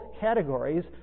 categories